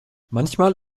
manchmal